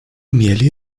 mieli